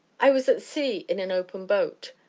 i was at sea in an open boat.